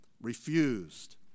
Refused